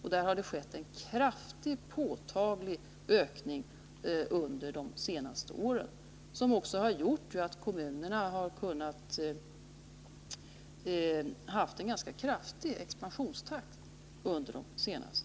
Här har det skett en påtaglig ökning under de senaste åren, vilket också gjort att kommunerna under senare år har kunnat upprätthålla en ganska kraftig expansionstakt.